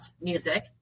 music